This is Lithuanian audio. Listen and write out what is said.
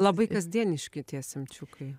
labai kasdieniški tie semčiukai